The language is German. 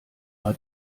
bei